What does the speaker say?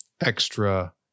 extra